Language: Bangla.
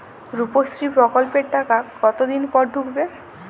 রুপশ্রী প্রকল্পের টাকা কতদিন পর ঢুকবে?